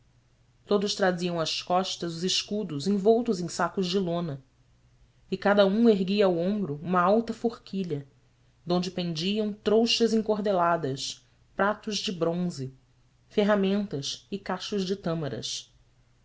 todos traziam às costas os escudos envoltos em sacos de lona e cada um erguia ao ombro uma alta forquilha de onde pendiam trouxas encordeladas pratos de bronze ferramentas e cachos de